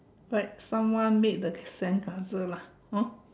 like someone made the c~ sandcastle lah hor